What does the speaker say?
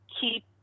keep